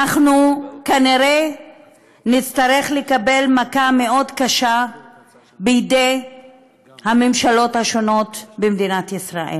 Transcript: כנראה נצטרך לקבל מכה מאוד קשה מידי הממשלות השונות במדינת ישראל.